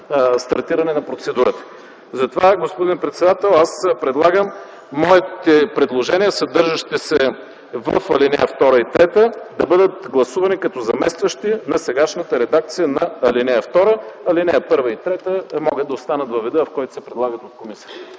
стартиране на процедурата. Затова, господин председател, аз предлагам моите предложения, съдържащи се в ал. 2 и 3, да бъдат гласувани като заместващи на сегашната редакция на ал. 2. Алинеи 1 и 3 могат да останат във вида, в който се предлагат от комисията.